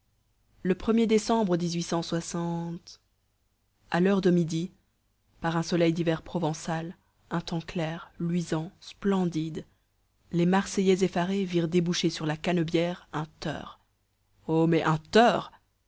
le er décembre à l'heure de midi par un soleil d'hiver provençal un temps clair luisant splendide les marseillais effarés virent déboucher sur la canebière un teur oh mais un teur